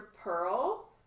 pearl